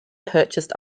purchased